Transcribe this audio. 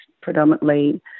predominantly